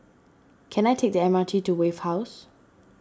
can I take the M R T to Wave House